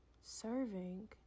serving